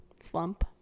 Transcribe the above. slump